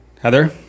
Heather